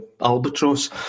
albatross